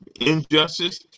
injustice